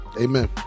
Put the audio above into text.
Amen